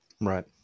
right